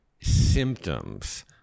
symptoms